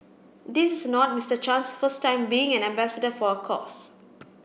this is not Mister Chan's first time being an ambassador for a cause